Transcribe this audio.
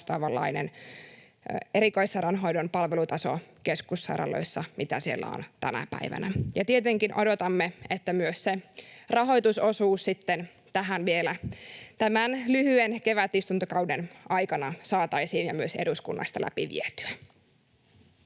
vastaavanlainen erikoissairaanhoidon palvelutaso keskussairaaloissa kuin mitä siellä on tänä päivänä. Ja tietenkin odotamme, että myös se rahoitusosuus sitten tähän vielä tämän lyhyen kevätistuntokauden aikana saataisiin ja myös eduskunnasta läpi vietyä.